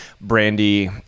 Brandy